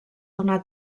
donar